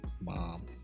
Mom